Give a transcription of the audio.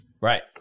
Right